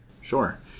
Sure